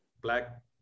black